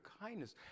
kindness